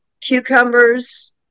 cucumbers